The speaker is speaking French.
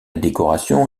décoration